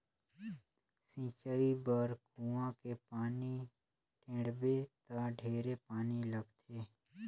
सिंचई बर कुआँ के पानी टेंड़बे त ढेरे पानी लगथे